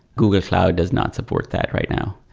google cloud does not support that right now.